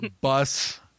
bus